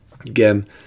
Again